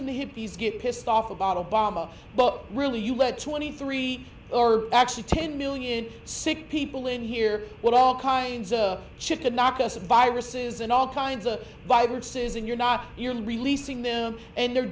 and the hippies get pissed off about obama but really you let twenty three actually ten million sick people in here with all kinds of chicken knock us viruses and all kinds of vibrant susan you're not releasing them and they're